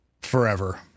forever